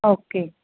okay